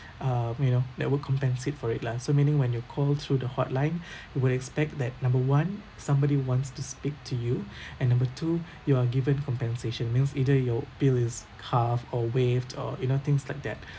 um you know that would compensate for it lah so meaning when you call through the hotline you would expect that number one somebody wants to speak to you and number two you are given compensation means either your bill is halved or waived or you know things like that